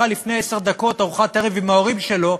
שאכל לפני עשר דקות ארוחת ערב עם ההורים שלו,